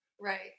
Right